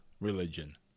religion